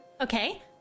Okay